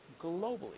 globally